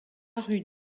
rue